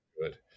good